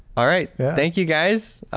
all right, thank you, guys.